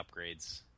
upgrades